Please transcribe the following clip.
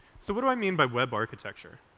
so what do i mean by web architecture?